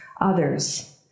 others